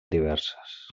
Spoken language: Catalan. diverses